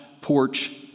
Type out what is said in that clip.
porch